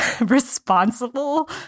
responsible